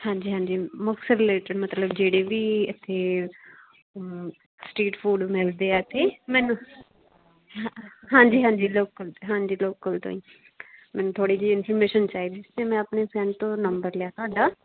ਹਾਂਜੀ ਹਾਂਜੀ ਮੁਕਤਸਰ ਰਿਲੇਟਿਡ ਮਤਲਬ ਜਿਹੜੇ ਵੀ ਇੱਥੇ ਸਟੀਟ ਫੂਡ ਮਿਲਦੇ ਹੈ ਇੱਥੇ ਮੈਨੂੰ ਹਾਂ ਹਾਂਜੀ ਹਾਂਜੀ ਲੋਕਲ ਹਾਂਜੀ ਲੋਕਲ ਤੋਂ ਹੀ ਮੈਨੂੰ ਥੋੜ੍ਹੀ ਜਿਹੀ ਇੰਫੋਰਮੇਸ਼ਨ ਚਾਹੀਦੀ ਸੀ ਅਤੇ ਮੈਂ ਆਪਣੇ ਫਰੈਂਡ ਤੋਂ ਨੰਬਰ ਲਿਆ ਤੁਹਾਡਾ